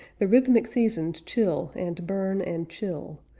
the rhythmic seasons chill and burn and chill,